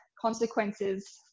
consequences